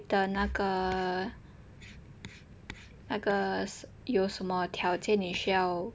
的那个那个有什么条件你需要